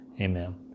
Amen